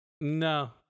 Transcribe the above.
No